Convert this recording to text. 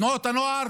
תנועות הנוער